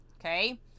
Okay